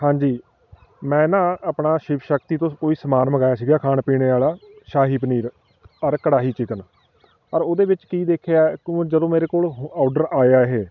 ਹਾਂਜੀ ਮੈਂ ਨਾ ਆਪਣਾ ਸ਼ਿਵ ਸ਼ਕਤੀ ਤੋਂ ਕੋਈ ਸਮਾਨ ਮੰਗਵਾਇਆ ਸੀਗਾ ਖਾਣ ਪੀਣੇ ਵਾਲਾ ਸ਼ਾਹੀ ਪਨੀਰ ਅਰ ਕੜਾਹੀ ਚਿਕਨ ਪਰ ਉਹਦੇ ਵਿੱਚ ਕੀ ਦੇਖਿਆ ਕਿ ਜਦੋਂ ਮੇਰੇ ਕੋਲ ਔਡਰ ਆਇਆ ਇਹ